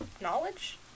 knowledge